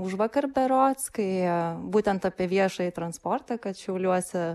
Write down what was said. užvakar berods kai būtent apie viešąjį transportą kad šiauliuose